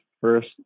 first